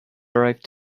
arrived